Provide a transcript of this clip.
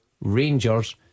Rangers